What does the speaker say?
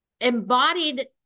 embodied